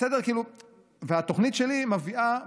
התוכנית שלי מביאה,